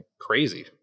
crazy